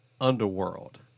Underworld